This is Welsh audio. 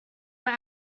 mae